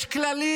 יש כללים.